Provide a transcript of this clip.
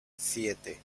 siete